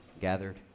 gathered